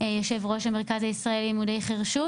יושב-ראש המרכז הישראלי ללימודי חירשות